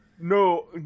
no